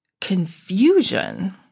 confusion